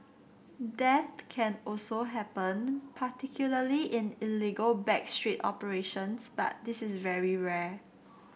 death can also happen particularly in illegal back street operations but this is very rare